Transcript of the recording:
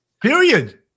Period